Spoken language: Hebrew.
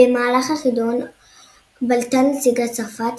במהלך החידון בלטה נציגת צרפת,